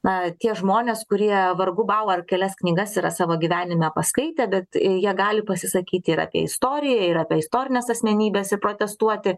na tie žmonės kurie vargu bau ar kelias knygas yra savo gyvenime paskaitę bet jie gali pasisakyti ir apie istoriją ir apie istorines asmenybes ir protestuoti